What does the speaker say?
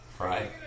Right